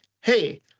hey